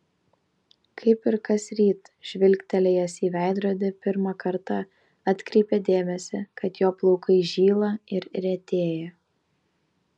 kaip ir kasryt žvilgtelėjęs į veidrodį pirmą kartą atkreipė dėmesį kad jo plaukai žyla ir retėja